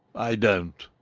i don't,